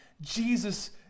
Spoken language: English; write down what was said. Jesus